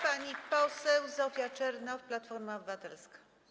Pani poseł Zofia Czernow, Platforma Obywatelska.